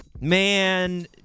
Man